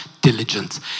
diligence